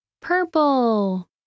Purple